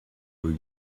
were